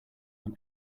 than